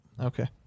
okay